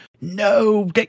No